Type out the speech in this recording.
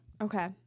okay